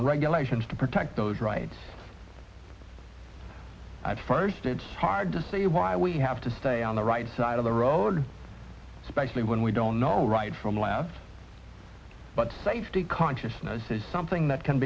and regulations to protect those rights i first it's hard to say why we have to stay on the right side of the road especially when we don't know right from left but safety consciousness is something that can